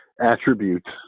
attributes